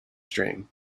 stream